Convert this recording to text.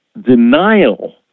denial